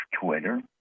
Twitter